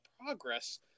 progress